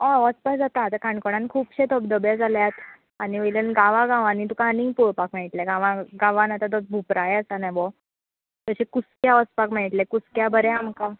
हय वचपा जाता आतां काणकोणान खुबशे धबधबे जाल्यात आनी वयल्यान गांवा गांवांनी तुका आनींक पळोपाक मेळटलें गांवा गांवान आतां तो भुंप्राय आसा नेबो तशें कुसक्या वचपाक मेळट्लें कुसक्या बरें आमकां